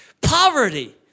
poverty